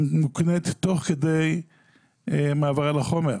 שמוקנית תוך כדי המעבר על החומר.